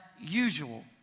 usual